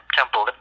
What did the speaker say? temple